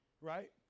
right